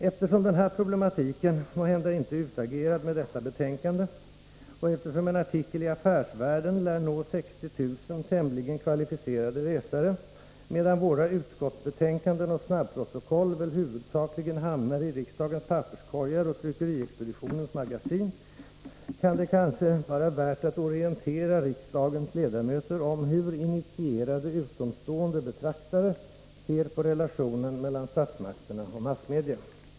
Eftersom den här problematiken måhända inte är utagerad med detta betänkande, och eftersom en artikel i Affärsvärlden lär nå 60 000 tämligen kvalificerade läsare, medan våra utskottsbetänkanden och snabbprotokoll väl huvudsakligen hamnar i riksdagens papperskorgar och tryckeriexpeditionens magasin, kan det kanske vara värt att orientera riksdagens ledamöter om hur initierade utomstående betraktare ser på relationen mellan statsmakterna och massmedia.